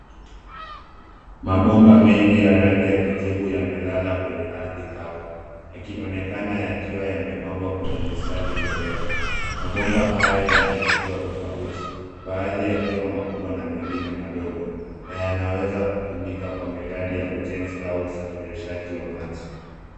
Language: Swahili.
Mabomba mengi ya rangi ya kijivu yamelala kwenye ardhi kavu, yakionekana yakiwa yamepangwa kwenye mistari mirefu. Mabomba hayo yana ukubwa tofauti, baadhi yakiwa makubwa na mengine madogo na yanaweza kutumika kwa miradi ya ujenzi au usafirishaji wa maji.